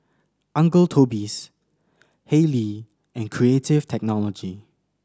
Uncle Toby's Haylee and Creative Technology